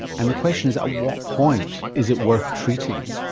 and the question is, at what point is it worth treating?